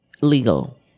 legal